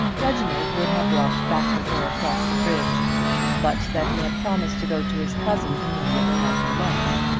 reginald would have walked back with her across the bridge but that he had promised to go to his cousin immediately after lunch.